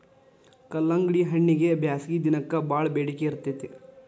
ಕಲ್ಲಂಗಡಿಹಣ್ಣಗೆ ಬ್ಯಾಸಗಿ ದಿನಕ್ಕೆ ಬಾಳ ಬೆಡಿಕೆ ಇರ್ತೈತಿ